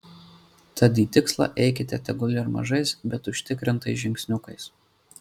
tad į tikslą eikite tegul ir mažais bet užtikrintais žingsniukais